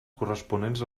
corresponents